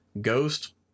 Ghost